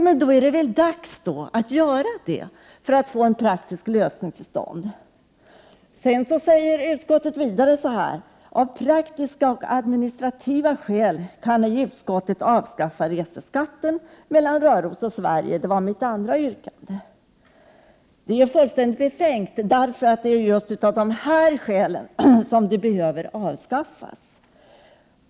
Men då är det väl dags att göra det för att få till stånd en praktisk lösning! Utskottet säger vidare att man av praktiska och administrativa skäl ej kan avskaffa reseskatten för charterresor mellan Röros och Sverige, vilket var mitt andra yrkande. Detta uttalande är fullständigt befängt, eftersom det är just av dessa skäl som den behöver avskaffas.